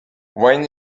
when